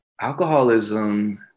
alcoholism